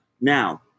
Now